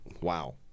wow